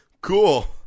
Cool